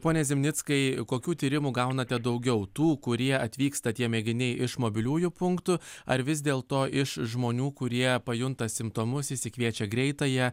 pone zimnickai kokių tyrimų gaunate daugiau tų kurie atvyksta tie mėginiai iš mobiliųjų punktų ar vis dėl to iš žmonių kurie pajunta simptomus išsikviečia greitąją